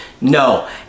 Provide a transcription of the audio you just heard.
No